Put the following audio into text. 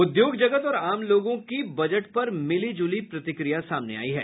उद्योग जगत और आम लोगों की बजट पर मिली जुली प्रतिक्रिया सामने आयी है